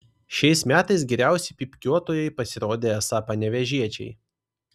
šiais metais geriausi pypkiuotojai pasirodė esą panevėžiečiai